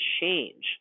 change